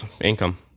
income